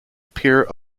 appear